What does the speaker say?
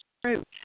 true